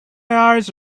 eyes